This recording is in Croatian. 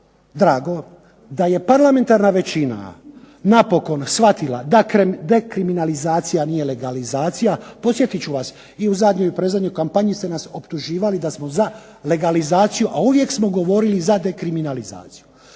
drago da je parlamentarna većina napokon shvatila da dekriminalizacija nije legalizacije. Podsjetit ću vas i u zadnjoj i u predzadnjoj kampanji ste nas optuživali da smo za legalizaciju a uvijek smo govorili za dekriminalizaciju.